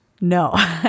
No